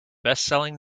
bestselling